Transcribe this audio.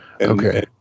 Okay